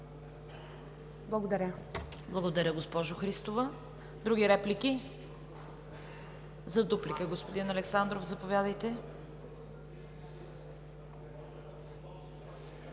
КАРАЯНЧЕВА: Благодаря, госпожо Христова. Други реплики? За дуплика – господин Александров, заповядайте.